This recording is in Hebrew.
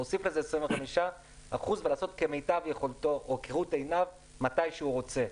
להוסיף לזה 25% ולעשות כראות עיניו מתי שהוא רוצה.